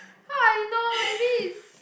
how I know maybe is